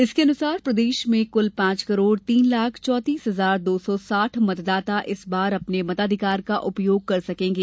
इसके मुताबिक प्रदेश में कुल पांच करोड़ तीन लाख चौतीस हजार दो सौ साठ मतदाता इस बार अपने मताधिकार का उपयोग कर सकेंगे